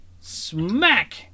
Smack